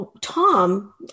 Tom